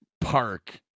park